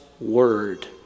word